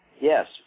Yes